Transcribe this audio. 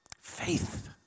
Faith